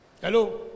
Hello